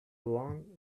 long